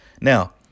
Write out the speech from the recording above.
Now